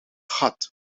gat